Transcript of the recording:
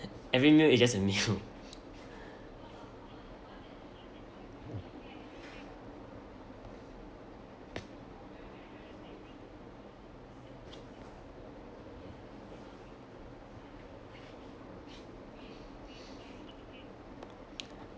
every meal is just a meal